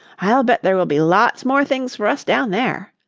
i'll bet there will be lots more things for us down there,